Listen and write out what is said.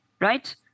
right